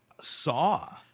Saw